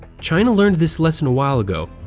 china learned this lesson a while ago.